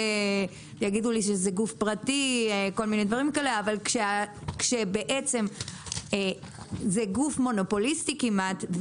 יגידו לי שזה גוף פרטי אבל בעצם זה גוף מונופוליסטי כמעט.